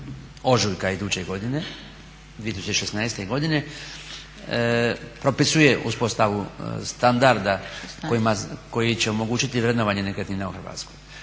ožujka iduće godine 2016., propisuje uspostavu standarda koji će omogućiti vrednovanje nekretnina u Hrvatskoj.